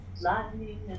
Lightning